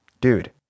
Dude